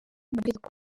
mategeko